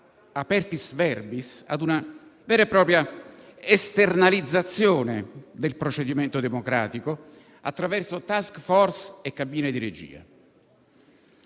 *apertis verbis*, ad una vera e propria esternalizzazione del procedimento democratico attraverso *task-force* e cabine di regia.